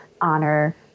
honor